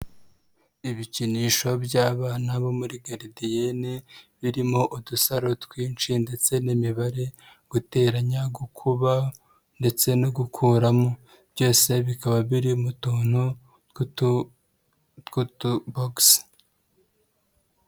Ibikinisho by'abana bo muri garidiyene birimo udusaro twinshi ndetse n'imibare guteranya gukuba ndetse no gukuramo, byose bikaba biri mu tuntu tw'utu bogisi.